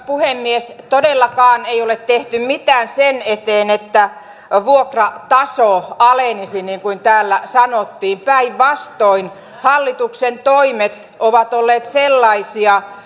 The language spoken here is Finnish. puhemies todellakaan ei ole tehty mitään sen eteen että vuokrataso alenisi niin kuin täällä sanottiin päinvastoin hallituksen toimet ovat olleet sellaisia